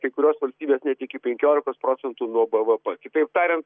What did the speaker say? kai kurios valstybės net iki penkiolikos procentų nuo bvp kitaip tariant